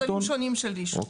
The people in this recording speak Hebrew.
בשלבים שונים של אישור.